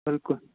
بِلکُل